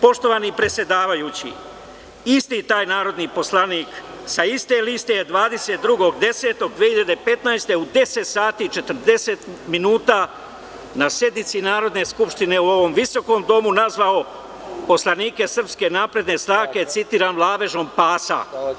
Poštovani predsedavajući, isti taj narodni poslanik sa iste liste je 22.10.2015. godine u 10 sati i 40 minuta na sednici Narodne skupštine u ovom visokom domu nazvao poslanike SNS, citiram – „lavežom pasa“